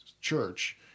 church